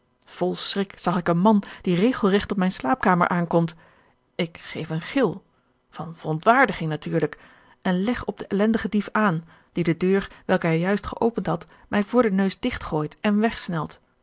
zag ik een man die regelregt op mijne slaapkamer aankomt ik geef een gil van verontwaardiging natuurlijk en leg op den ellendigen dief aan die de deur welke hij juist geopend had mij voor den neus digt gooit en wegsnelt